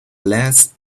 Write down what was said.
less